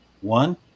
One